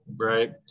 right